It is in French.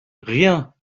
rien